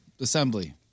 assembly